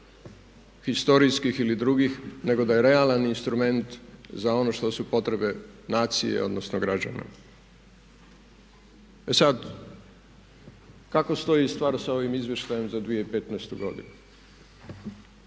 povijesnih ili drugih nego da je realan instrument za ono što su potrebe nacije odnosno građana. E sad, kako stoji stvar sa ovim izvještajem za 2015. godinu?